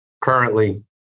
currently